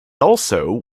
also